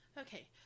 Okay